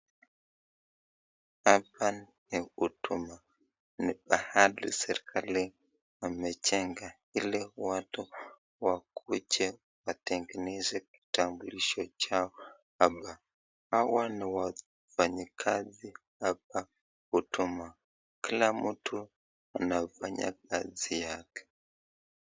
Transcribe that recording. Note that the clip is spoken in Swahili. Hapa ni huduma, ni mahali serikali wamejenga ili watu wakuje watengeneze kitambulisho chao, ama hawa ni wafanyi kazi hapa huduma, kila mtu anafanya kazi yake.